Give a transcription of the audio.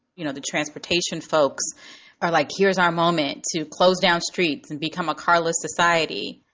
you know, the transportation folks are like, here's our moment to close down streets and become a kahless society.